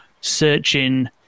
searching